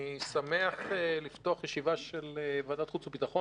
אני שמח לפתוח ישיבה של ועדת חוץ וביטחון